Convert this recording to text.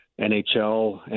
NHL